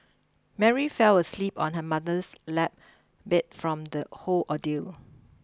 Mary fell asleep on her mother's lap beat from the whole ordeal